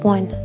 One